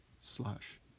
slash